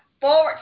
forward